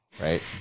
right